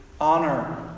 honor